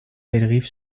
bellerive